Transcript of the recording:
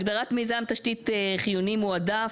הגדרת מיזם תשתית חיוני מועדף,